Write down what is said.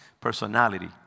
personality